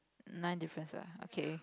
nine differences okay